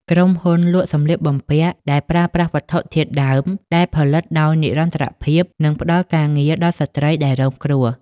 ក្រុមហ៊ុនលក់សម្លៀកបំពាក់ដែលប្រើប្រាស់វត្ថុធាតុដើមដែលផលិតដោយនិរន្តរភាព និងផ្តល់ការងារដល់ស្ត្រីដែលរងគ្រោះ។